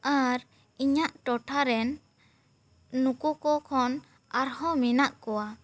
ᱟᱨ ᱤᱧᱟᱹᱜ ᱴᱚᱴᱷᱟ ᱨᱮᱱ ᱱᱩᱠᱩ ᱠᱚ ᱠᱷᱚᱱ ᱟᱨᱦᱚᱸ ᱢᱮᱱᱟᱜ ᱠᱚᱣᱟ